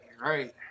right